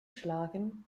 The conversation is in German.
schlagen